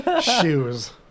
Shoes